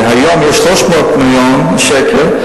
שהיום יש 300 מיליון ש"ח,